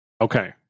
Okay